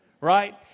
right